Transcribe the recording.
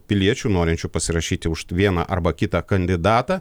piliečių norinčių pasirašyti už vieną arba kitą kandidatą